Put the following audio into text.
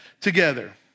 together